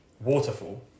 waterfall